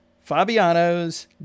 Fabiano's